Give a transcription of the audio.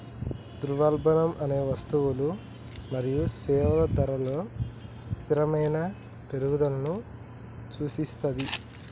ద్రవ్యోల్బణం అనేది వస్తువులు మరియు సేవల ధరలలో స్థిరమైన పెరుగుదలను సూచిస్తది